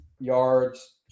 yards